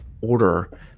order